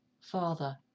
Father